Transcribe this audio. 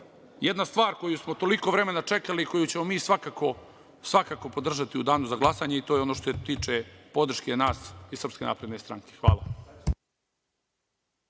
jedna stvar koju smo toliko vremena čekali i koju ćemo mi svakako podržati u danu za glasanje i to je ono što se tiče podrške nas iz SNS. Hvala.